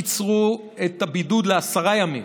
קיצרו את הבידוד לעשרה ימים.